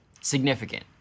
significant